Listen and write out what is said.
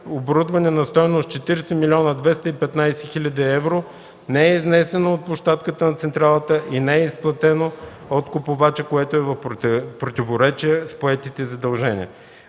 оборудване на стойност 40 215 000 евро не е изнесено от площадката на централата и не е изплатено от купувача, което е в противоречие с поетите задължения.